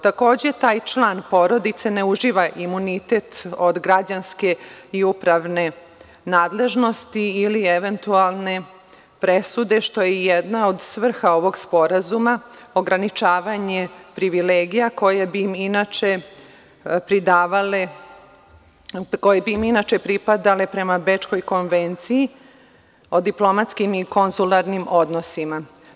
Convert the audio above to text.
Takođe, taj član porodice ne uživa imunitet od građanske i upravne nadležnosti ili eventualne presude, što je jedna od svrha ovog sporazuma, ograničavanje privilegija koje bi im inače pripadale prema Bečkoj konvenciji o diplomatskim i konzularnim odnosima.